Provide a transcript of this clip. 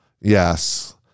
yes